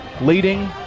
leading